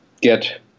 get